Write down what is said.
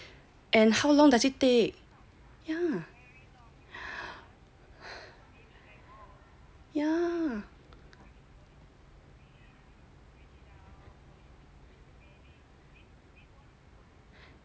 and how long does it take ya